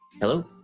Hello